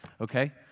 okay